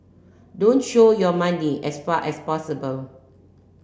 don't show your money as far as possible